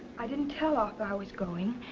i didn't tell arthur i was going.